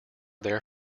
there